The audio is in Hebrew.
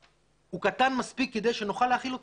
הוא קטן מספיק כדי שנוכל להכיל אותו,